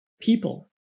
people